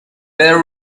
better